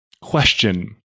question